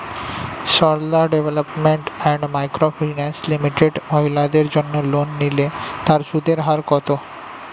Sarala development and micro finance limited মহিলাদের জন্য loan নিলে তার সুদের হার কত?